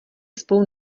spolu